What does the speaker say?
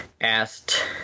asked